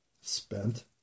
spent